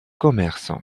commerce